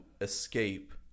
escape